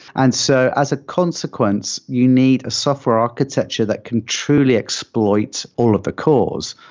and so as a consequence, you need a software architecture that can truly exploit all of the cores.